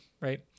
right